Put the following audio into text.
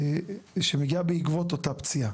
שמגיעה בעקבות אותה פציעה.